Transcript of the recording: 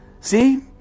See